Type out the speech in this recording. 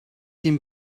den